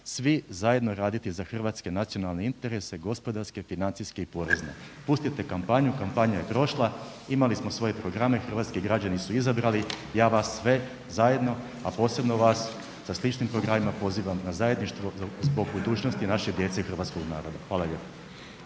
svi zajedno raditi za hrvatske nacionalne interese, gospodarske, financijske i porezne. Pustite kampanju, kampanja je prošla, imali smo svoje programe, hrvatski građani su izabrali, ja vas sve zajedno, a posebno vas sa sličnim programima pozivam na zajedništvo zbog budućnosti naše djece i hrvatskog naroda, hvala lijepo.